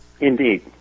Indeed